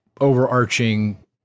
overarching